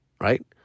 right